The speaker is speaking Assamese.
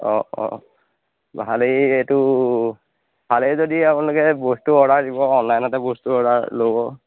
অঁ অঁ ভালেই এইটো ভালেই যদি আপোনলোকে বস্তুটো অৰ্ডাৰ দিব অনলাইনতে বস্তু অৰ্ডাৰ ল'ব